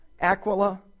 Aquila